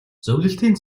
зөвлөлтийн